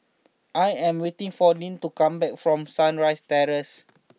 I am waiting for Lyn to come back from Sunrise Terrace